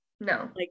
No